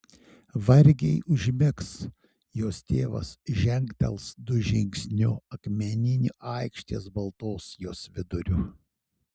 vargiai užmigs jos tėvas žengtels du žingsniu akmeniniu aikštės baltos jos viduriu